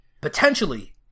Potentially